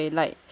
yeah